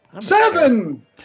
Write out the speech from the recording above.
Seven